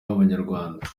b’abanyarwanda